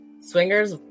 swingers